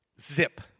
Zip